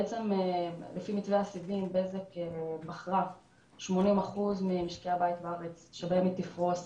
בעצם לפי מתווה הסיבים בזק בחרה 80% ממשקי הבית בארץ שבהם היא תפרוס